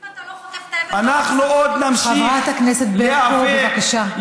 אם אתה לא חוטף אבן בראש, חברת הכנסת ברקו, בבקשה.